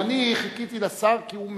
ואני חיכיתי לשר, כי הוא משיב.